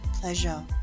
pleasure